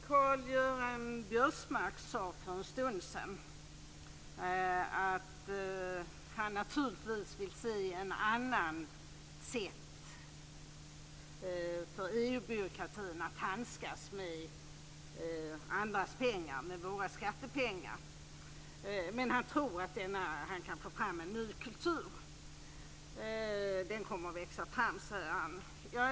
Fru talman! Karl-Göran Biörsmark sade för en stund sedan att han naturligtvis vill se ett annat sätt för EU-byråkratin att handskas med andras pengar, med våra skattepengar, men att han tror att han kan få fram en ny kultur. Den kommer att växa fram, säger han.